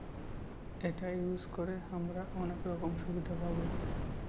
এটা ইউজ করে হামরা অনেক রকম সুবিধা পাবো